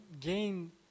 gain